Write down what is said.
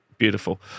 Beautiful